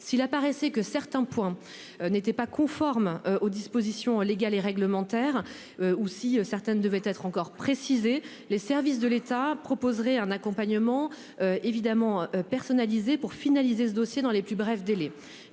S'il apparaissait que certains points n'étaient pas conformes aux dispositions légales et réglementaires ou, si certains devaient être encore précisés, les services de l'État proposeraient un accompagnement personnalisé pour finaliser ce dossier dans les plus brefs délais.